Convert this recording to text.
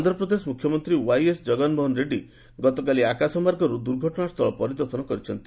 ଆନ୍ଧ୍ରପ୍ରଦେଶ ମୁଖ୍ୟମନ୍ତ୍ରୀ ଓ୍ୱାଏସ୍ ଜଗନମୋହନ ରେଡ୍ଡୀ ଗତକାଲି ଆକାଶମାର୍ଗରୁ ଦୁର୍ଘଟଣାସ୍ଥଳ ପରିଦର୍ଶନ କରିଛନ୍ତି